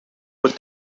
with